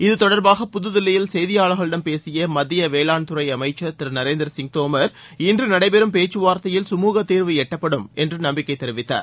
இதுதொடர்பாக புதுதில்லியில் செய்தியாளர்களிடம் பேசிய மத்திய வேளாண்துறை அமைச்சர் திரு நரேந்திரசிங் தோமர் இன்று நடைபெறும் பேச்சுவார்த்தையில் சுமூக தீர்வு எட்டப்படும் என்று நம்பிக்கை தெரிவித்தார்